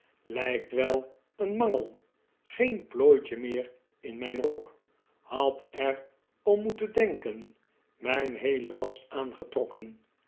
lijkt wel een mangel geen plooitje meer in mijn rok had er om moeten denken mijn heele wasch aangetrokken